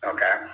Okay